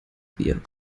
bier